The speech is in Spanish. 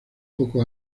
poco